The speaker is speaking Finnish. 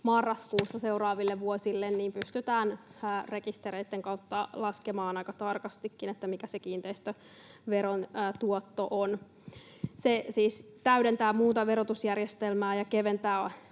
marraskuussa seuraaville vuosille, niin pystytään rekistereitten kautta laskemaan aika tarkastikin, mikä se kiinteistöveron tuotto on. Se siis täydentää muuta verotusjärjestelmää ja keventää